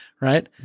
right